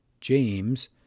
James